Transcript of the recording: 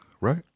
Right